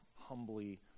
humbly